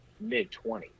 mid-20s